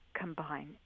combine